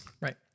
Right